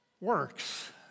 works